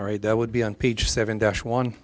all right that would be on page seven dash one